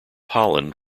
holland